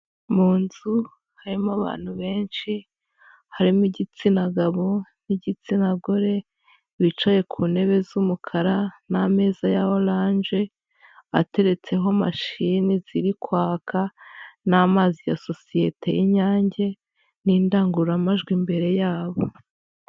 Mu nzu harimo abantu benshi, harimo igitsina gabo n'igitsina gore, bicaye ku ntebe z'umukara n'ameza ya oranje, ateretseho mashini ziri kwaka n'amazi ya sosiyete y'Inyange n'indangururamajwi imbere yabo.